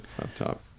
laptop